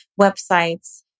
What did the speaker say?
websites